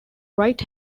right